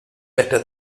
better